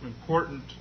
important